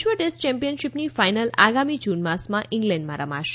વિશ્વ test championship final આગામી June માસમાં ઇંગ્લેન્ડમાં રમાશે